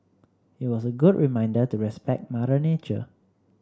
it was a good reminder to respect Mother Nature